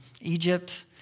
Egypt